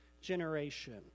generation